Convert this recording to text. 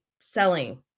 selling